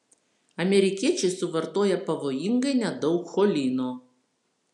amerikiečiai suvartoja pavojingai nedaug cholino